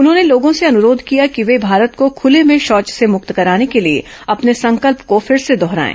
उन्होंने लोगों से अनुरोध किया कि वे भारत को खले में शौच से मुक्त कराने के लिए अपने संकल्प को फिर से दोहराएं